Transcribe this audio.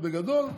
בגדול,